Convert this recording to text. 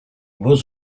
was